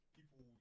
People